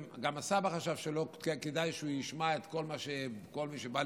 גם הסבא חשב שלא כדאי שהוא ישמע את כל מי שבא,